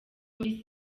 muri